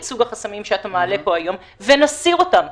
סוג החסמים שאתה מעלה פה היום ונסיר אותם,